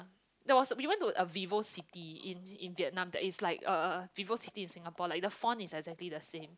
that was we went for a VivoCity in in Vietnam that is like a VivoCity in Singapore like the font is exactly the same